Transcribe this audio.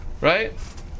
Right